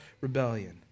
rebellion